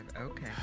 Okay